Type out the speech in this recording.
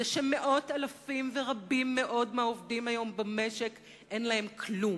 הרי זו העובדה שלמאות אלפים מהעובדים היום במשק אין כלום: